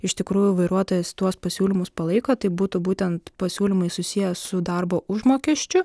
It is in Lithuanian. iš tikrųjų vairuotojas tuos pasiūlymus palaiko tai būtų būtent pasiūlymai susiję su darbo užmokesčiu